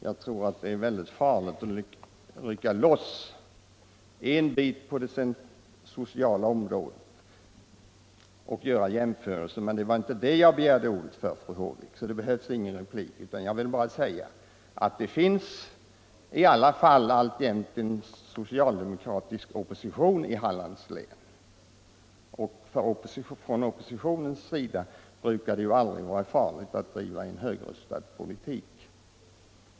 Jag tror det är väldigt farligt att rycka loss en bit på det sociala området och göra jämförelser. Men det var inte det jag begärde ordet för, fru Håvik, så det behövs ingen replik. Det finns i alla fall alltjämt en socialdemokratisk opposition i Hallands län, och från oppositionens sida brukar det aldrig vara farligt att driva en högröstad politik.